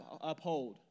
uphold